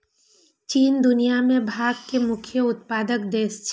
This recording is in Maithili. चीन दुनिया मे भांग के मुख्य उत्पादक देश छियै